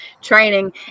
training